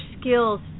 skills